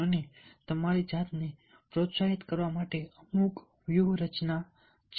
અને તમારી જાતને પ્રોત્સાહિત કરવા માટે અમુક વ્યૂહરચના છે